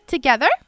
together